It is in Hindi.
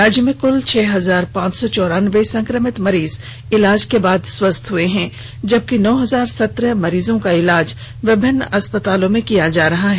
राज्य में कुल छह हजार पांच सौ चौरानबे संक्रमित मरीज इलाज के बाद स्वस्थ हुए हैं जबकि नौ हजार सत्रह मरीजों का इलाज विभिन्न अस्पतालों में किया जा रहा है